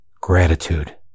Gratitude